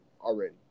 already